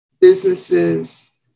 businesses